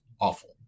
Awful